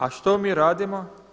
A što mi radimo?